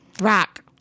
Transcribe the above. rock